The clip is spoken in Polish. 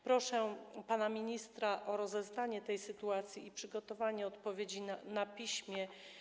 Proszę pana ministra o rozeznanie się tej sytuacji i przygotowanie odpowiedzi na piśmie.